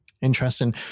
Interesting